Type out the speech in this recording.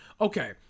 Okay